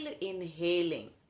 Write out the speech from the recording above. inhaling